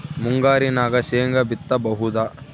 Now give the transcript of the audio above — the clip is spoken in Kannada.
ಮುಂಗಾರಿನಾಗ ಶೇಂಗಾ ಬಿತ್ತಬಹುದಾ?